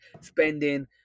spending